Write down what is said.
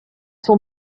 sont